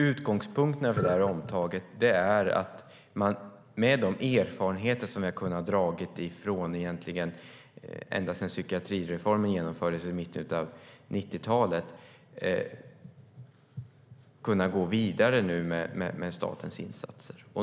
Utgångspunkten för det omtaget är att man med de erfarenheter som man har kunnat göra ända sedan psykiatrireformen genomfördes i mitten av 90-talet ska kunna gå vidare med statens insatser.